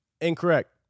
Incorrect